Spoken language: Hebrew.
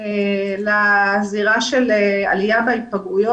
בשל כך.